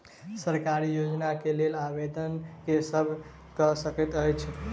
सरकारी योजना केँ लेल आवेदन केँ सब कऽ सकैत अछि?